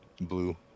Blue